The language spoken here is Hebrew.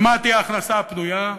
ומה תהיה ההכנסה הפנויה,